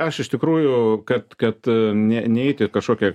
aš iš tikrųjų kad kad ne neeiti kažkokia